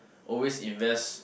always invest